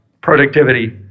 productivity